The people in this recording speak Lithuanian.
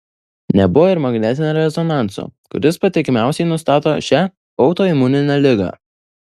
nebuvo ir magnetinio rezonanso kuris patikimiausiai nustato šią autoimuninę ligą